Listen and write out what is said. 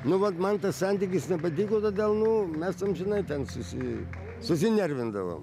nu vat man tas santykis nepatiko todėl nu mes amžinai ten susi susinervindavom